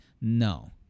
No